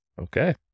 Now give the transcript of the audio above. Okay